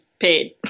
paid